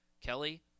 Kelly